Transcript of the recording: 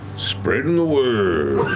spreadin' the word.